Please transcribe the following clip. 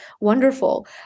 wonderful